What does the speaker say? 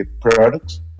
products